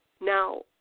Now